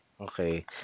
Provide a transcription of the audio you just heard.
Okay